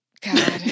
God